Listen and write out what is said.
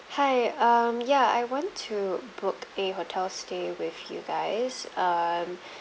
hi um ya I want to book a hotel stay with you guys um